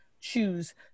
choose